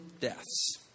deaths